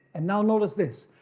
and now notice this.